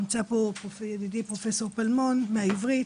נמצא פה ידידי פרופסור פלמון מהעברית,